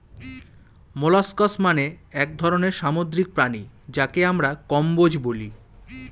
molluscs মানে এক ধরনের সামুদ্রিক প্রাণী যাকে আমরা কম্বোজ বলি